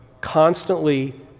constantly